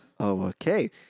okay